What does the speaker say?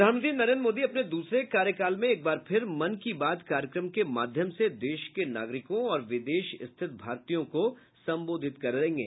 प्रधानमंत्री नरेन्द्र मोदी अपने दूसरे कार्यकाल में एक बार फिर मन की बात कार्यक्रम के माध्यम से देश के नागरिकों और विदेश स्थित भारतीयों को संबोधित करेंगे